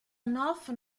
northern